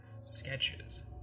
sketches